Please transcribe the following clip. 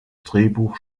drehbuch